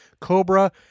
Cobra